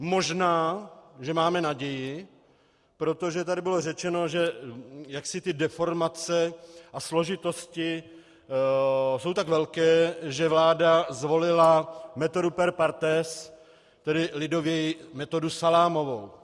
Možná že máme naději, protože tady bylo řečeno, že deformace a složitosti jsou tak velké, že vláda zvolila metodu per partes, tedy lidověji metodu salámovou.